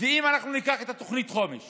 ואם אנחנו ניקח את תוכנית החומש